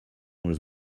was